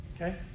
Okay